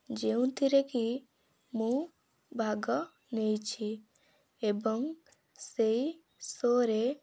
ଯେଉଁଥିରେକି ମୁଁ ଭାଗ ନେଇଛି ଏବଂ ସେହି ଶୋରେ